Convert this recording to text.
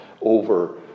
over